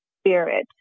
spirit